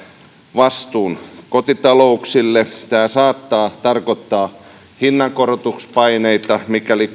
vastuun kotitalouksille tämä saattaa tarkoittaa hinnankorotuspaineita mikäli